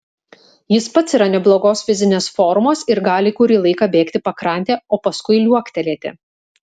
jis pats yra neblogos fizinės formos ir gali kurį laiką bėgti pakrante o paskui liuoktelėti